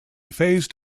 phased